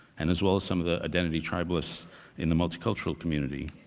and as well as some of the identity tribalists in the multicultural community,